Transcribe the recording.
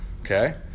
okay